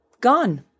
Gone